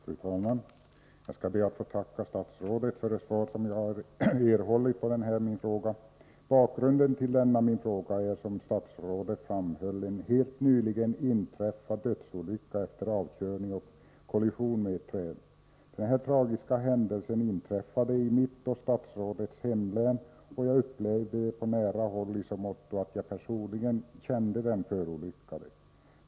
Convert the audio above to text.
Fru talman! Jag skall be att få tacka statsrådet för det svar som jag har erhållit på min fråga. Bakgrunden till min fråga är, som statsrådet framhöll, en helt nyligen inträffad dödsolycka efter avkörning och kollision med träd. Denna tragiska händelse inträffade i mitt och statsrådets hemlän, och jag upplevde den på nära håll i så måtto att jag personligen kände den förolyckade.